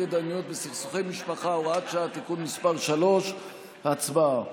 התדיינויות בסכסוכי משפחה (הוראת שעה) (תיקון מס' 3). הצבעה.